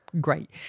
Great